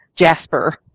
Jasper